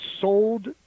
sold